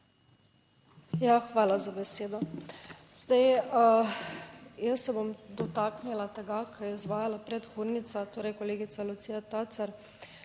Hvala za besedo. Jaz se bom dotaknila tega, kar je izvajala predhodnica, torej kolegica Lucija Tacer,